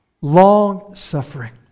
Long-suffering